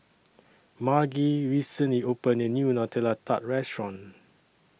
Margy recently opened A New Nutella Tart Restaurant